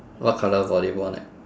what colour volleyball net